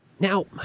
Now